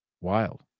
Wild